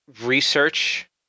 research